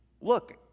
Look